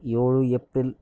ಏಳು ಏಪ್ರಿಲ್